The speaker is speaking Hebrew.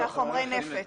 חומרי הנפץ.